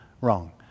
wrong